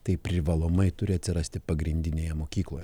tai privalomai turi atsirasti pagrindinėje mokykloje